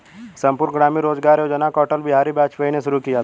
संपूर्ण ग्रामीण रोजगार योजना को अटल बिहारी वाजपेयी ने शुरू किया था